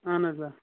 اَہَن حظ آ